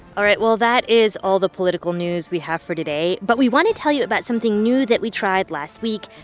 all right. well, that is all the political news we have for today. but we want to tell you about something new that we tried last week.